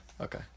okay